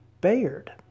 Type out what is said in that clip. Bayard